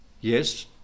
yes